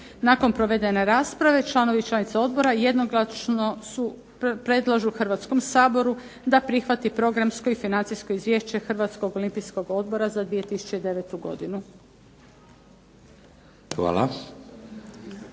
Nakon provedene rasprave članovi i članice odbora jednoglasno predlažu Hrvatskom saboru da prihvati Programsko i Financijsko izvješće Hrvatskog olimpijskog odbora za 2009. godinu.